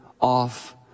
off